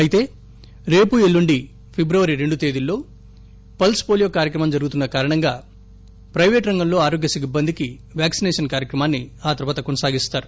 అయితే రేపు ఎల్లుండి ఫిబ్రవరి రెండు తేదీల్లో పల్స్ పోలీయో కార్యక్రమం జరుగుతున్న కారణంగా ప్లెపేటు రంగంలో ఆరోగ్య సిబ్బందికి వ్యాక్సినేషన్ కార్యక్రమాన్ని ఆ తర్వాత కొనసాగిస్తారు